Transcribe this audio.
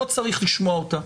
במה לא תאשימו אותנו?